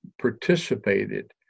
participated